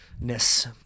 ness